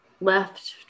left